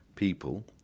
people